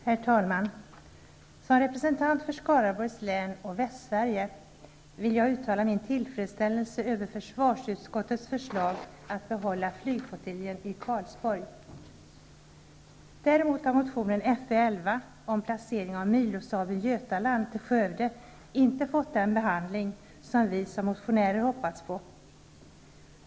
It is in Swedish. Herr talman! Som representant för Skaraborgs län och Västsverige vill jag uttala min tillfredsställelse över försvarsutskottets förslag att behålla flygflottiljen i Karlsborg. Däremot har motion Fö11, om placeringen av milostaben Götaland till Skövde, inte fått den behandling som vi motionärer hade hoppats på.